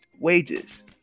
wages